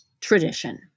Tradition